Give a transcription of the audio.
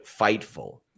Fightful